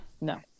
No